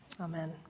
Amen